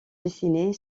dessinée